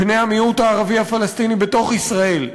בני המיעוט הערבי הפלסטיני בתוך ישראל.